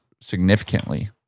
significantly